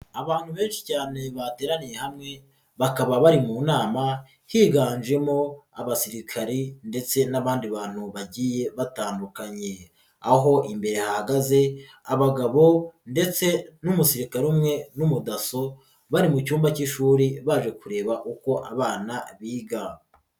Abantu benshi cyane bateraniye hamwe bakaba bari mu nama higanjemo abasirikari ndetse n'abandi bantu bagiye batandukanye, aho imbere hahagaze abagabo ndetse n'umusirikare umwe n'umudaso bari mu cyumba k'ishuri baje kureba uko abana biga.